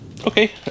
Okay